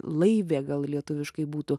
laivė gal lietuviškai būtų